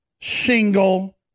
single